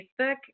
Facebook